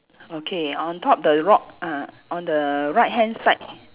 okay on top the rock ah on the right hand side